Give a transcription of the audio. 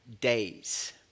days